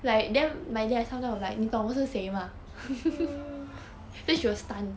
ah